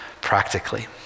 practically